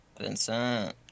Vincent